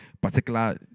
particular